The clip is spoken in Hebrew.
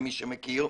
למי שמכיר.